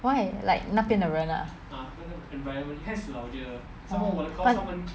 why like 那边的人 ah but